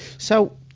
so,